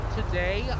Today